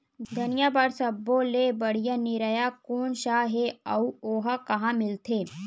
धनिया बर सब्बो ले बढ़िया निरैया कोन सा हे आऊ ओहा कहां मिलथे?